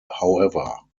however